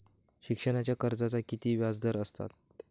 शिक्षणाच्या कर्जाचा किती व्याजदर असात?